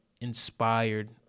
inspired